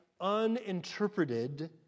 uninterpreted